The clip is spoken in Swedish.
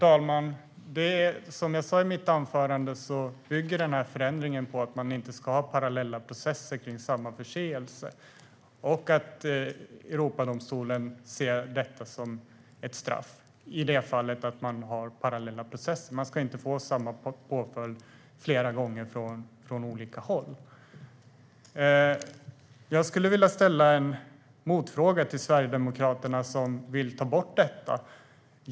Herr talman! Som jag sa i mitt anförande bygger ändringen på att man inte ska ha parallella processer kring samma förseelse. Europadomstolen ser det som ett straff i det fall man har parallella processer. Man ska inte få samma påföljd flera gånger och från olika håll. Jag skulle vilja ställa en motfråga till Sverigedemokraterna, som vill ta bort detta.